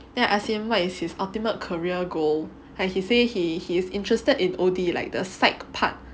then I ask him what is his ultimate career goal and he say he he's interested in O_D like the pysch part